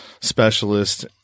specialist